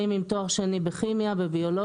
אנשים שבאים עם תואר שני בכימיה ובביולוגיה.